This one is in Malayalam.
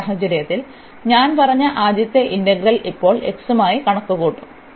ഈ സാഹചര്യത്തിൽ ഞാൻ പറഞ്ഞ ആദ്യത്തെ ഇന്റഗ്രൽ ഇപ്പോൾ x മായി കണക്കുകൂട്ടും